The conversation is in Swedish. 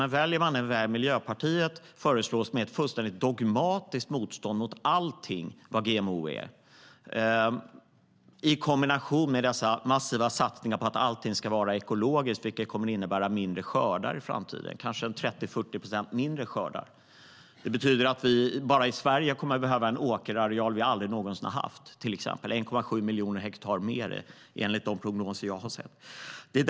Den väg som Miljöpartiet föreslår och som innebär ett fullständigt dogmatiskt motstånd mot allt vad GMO heter - i kombination med massiva satsningar på att allting ska vara ekologiskt, vilket kommer att innebära skördar som i framtiden är kanske 30-40 procent mindre - betyder att vi i Sverige kommer att behöva en åkerareal vi aldrig någonsin har haft. Enligt de prognoser jag har sett rör det sig om 1,7 miljoner hektar mer.